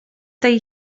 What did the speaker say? tej